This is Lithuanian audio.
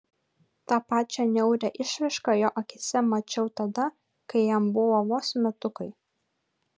tą pačią niaurią išraišką jo akyse mačiau tada kai jam buvo vos metukai